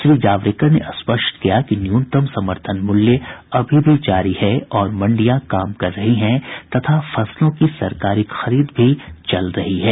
श्री जावडेकर ने स्पष्ट किया कि न्यूनतम समर्थन मूल्य एम एस पी अभी जारी है और मंडियां काम कर रही हैं तथा फसलों की सरकारी खरीद भी चल रही है